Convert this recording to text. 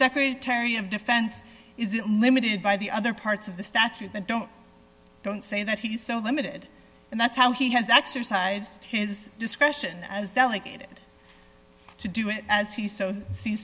secretary of defense is limited by the other parts of the statute that don't don't say that he's so limited and that's how he has exercised his discretion as delegated to do it as he s